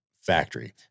factory